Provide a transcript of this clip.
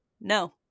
no